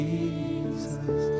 Jesus